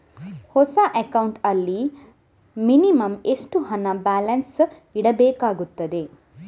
ಹೊಸ ಅಕೌಂಟ್ ನಲ್ಲಿ ಮಿನಿಮಂ ಎಷ್ಟು ಹಣ ಬ್ಯಾಲೆನ್ಸ್ ಇಡಬೇಕಾಗುತ್ತದೆ?